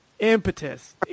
Impetus